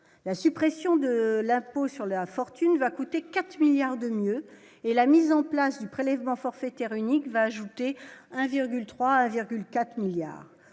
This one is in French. la suppression de l'impôt sur la fortune, va coûter 4 milliards de mieux et la mise en place du prélèvement forfaitaire unique va ajouter 1 virgule 3,4 milliards